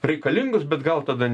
reikalingos bet gal tada